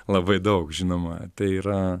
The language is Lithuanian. labai daug žinoma tai yra